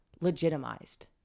legitimized